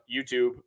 YouTube